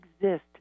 exist